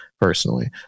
personally